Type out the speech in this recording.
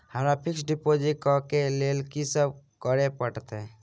हमरा fix deposit करऽ केँ लेल की सब करऽ पड़त?